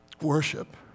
worship